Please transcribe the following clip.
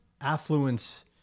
Affluence